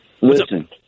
Listen